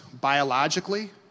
biologically